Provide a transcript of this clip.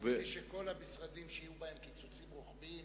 כל המשרדים שיהיו בהם קיצוצים רוחביים